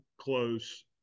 close